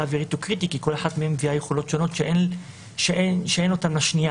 אווירית הוא קריטי כי כל אחת מהן מביאה יכולות שונות שאין אותן לשנייה,